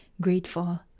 grateful